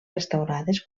restaurades